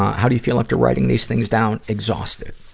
how do feel after writing these things down? exhausted.